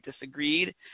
disagreed